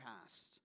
past